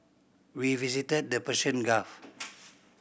we visited the Persian Gulf